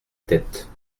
tête